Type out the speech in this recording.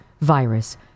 virus